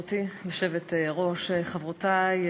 גברתי היושבת-ראש, תודה, חברותי,